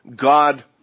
God